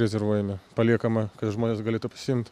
rezervuojami paliekama kad žmonės galėtų pasiimt